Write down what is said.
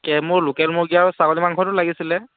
মোৰ লোকেল মুৰ্গী আৰু ছাগলী মাংসটো লাগিছিলে